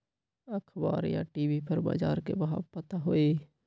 अखबार या टी.वी पर बजार के भाव पता होई?